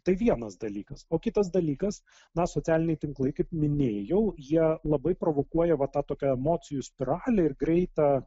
tai vienas dalykas o kitas dalykas na socialiniai tinklai kaip minėjau jie labai provokuoja va tą tokią emocijų spiralę ir greitą